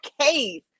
case